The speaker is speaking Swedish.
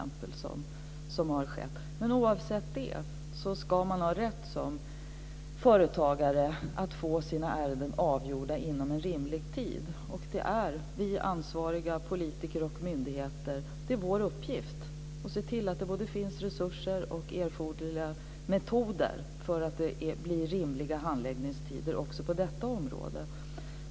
Men bortsett från det ska man som företagare ha rätt att få sina ärenden avgjorda inom rimlig tid. För ansvariga politiker och myndigheter är det en uppgift att se till att det finns både resurser och erforderliga metoder så att det blir rimliga handläggningstider också på detta område.